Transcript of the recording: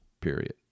period